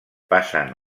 passen